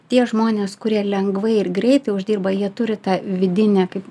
tie žmonės kurie lengvai ir greitai uždirba jie turi tą vidinę kaip